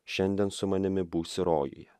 šiandien su manimi būsi rojuje